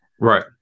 right